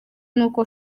nuko